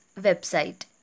website